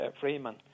freeman